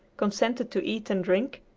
consented to eat and drink,